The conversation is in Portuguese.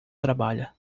trabalha